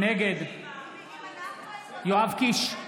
נגד יואב קיש,